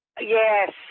Yes